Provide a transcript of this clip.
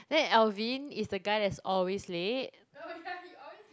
then Alvin is the guy that's always late